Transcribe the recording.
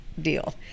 deal